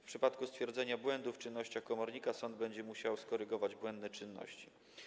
W przypadku stwierdzenia błędów w czynnościach komornika sąd będzie musiał skorygować błędne czynności.